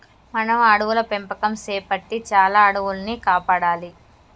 మనం అడవుల పెంపకం సేపట్టి చాలా అడవుల్ని కాపాడాలి